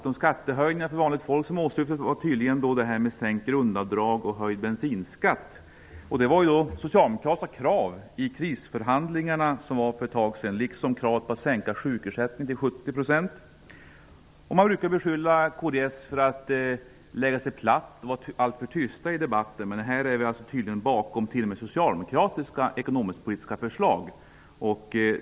De skattehöjningar för vanligt folk som åsyftades var tydligen sänkningen av grundavdraget och höjningen av bensinskatten, och det var ju socialdemokratiska krav i krisförhandlingarna för ett tag sedan, liksom kravet på en sänkning av sjukersättningen till 70 %. Man brukar beskylla oss i kds för att lägga oss platt och vara alltför tysta i debatten, men här ligger vi tydligen bakom t.o.m. socialdemokratiska ekonomisk-politiska förslag.